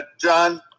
John